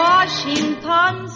Washington